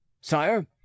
Sire